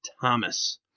Thomas